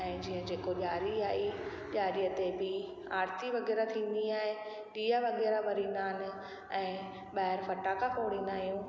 ऐं जीअं जेको ॾियारी आई ॾियारीअ ते बि आरिती वग़ैरह थींदी आहे ॾीआ वग़ैरह बारींदा आहिनि ऐं ॿाहिरि फटाका फोड़ींदा आहियूं